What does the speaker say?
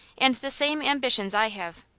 and the same ambitions i have.